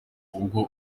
ubwo